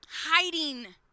Hiding